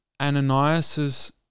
Ananias